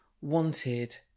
wanted